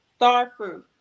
Starfruit